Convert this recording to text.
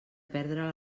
perdre